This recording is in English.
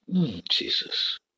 Jesus